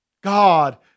God